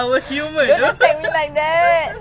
!wow! oh ya